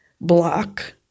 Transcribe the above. block